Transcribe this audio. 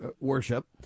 worship